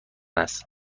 است